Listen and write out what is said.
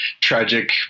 tragic